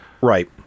Right